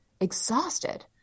exhausted